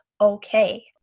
okay